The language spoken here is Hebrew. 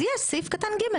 אז יש סעיף קטן ג',